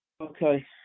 Okay